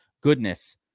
goodness